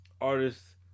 artists